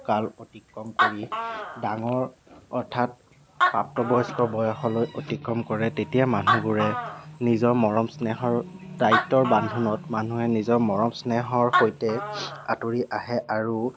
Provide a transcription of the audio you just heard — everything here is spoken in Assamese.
কাল অতিক্ৰম কৰি ডাঙৰ অৰ্থাৎ প্ৰাপ্তবয়স্ক বয়সলৈ অতিক্ৰম কৰে তেতিয়া মানুহবোৰে নিজৰ মৰম স্নেহৰ দায়িত্বৰ বান্ধোনত মানুহে নিজৰ মৰম স্নেহৰ সৈতে আঁতৰি আহে আৰু